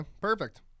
Perfect